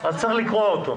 אז צריך לקרוע אותו.